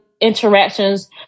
interactions